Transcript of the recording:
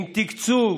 עם תקצוב